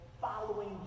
following